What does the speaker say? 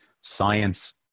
science